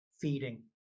feeding